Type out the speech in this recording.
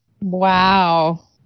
Wow